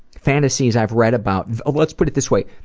fantasies i've read about. let's put it this way.